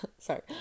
Sorry